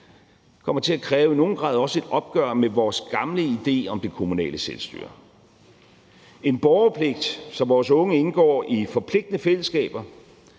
kommer i nogen grad til også at kræve et opgør med vores gamle idé om det kommunale selvstyre; en borgerpligt, så vores unge indgår i forpligtende fællesskaber